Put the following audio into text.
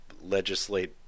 legislate